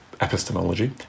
epistemology